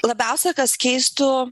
labiausia kas keistų